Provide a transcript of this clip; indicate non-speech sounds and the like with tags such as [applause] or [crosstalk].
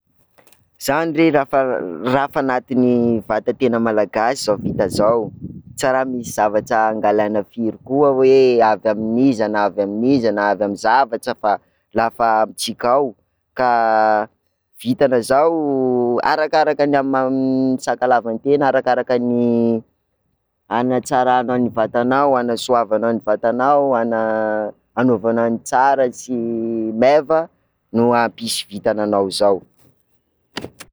Zany re raha f- raha fa anatin'ny vatantenan'ny Malagasy zao vinta zao, tsa raha misy zavatra angalana firy koa hoe avy amin'iza na avy amin'iza na avy amin'ny zavatra fa la fa amintsika ao ka, [hesitation] vintana zao arakaraka, amin'ny maha-sakalava ny tena, arakaraka ny, [hesitation] hanatsaranao ny vantanao, hanasoavanao ny vantanao, hana-, [hesitation] hanaovanao ny tsara sy ny meva no hampisy vintana anao zao.